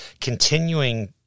continuing